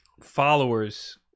followers